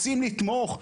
רוצים לתמוך?